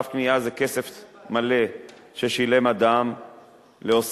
תו קנייה זה כסף מלא ששילם אדם לעוסקים.